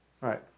right